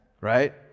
right